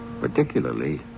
particularly